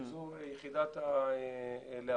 שזו יחידת להבה.